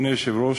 אדוני היושב-ראש,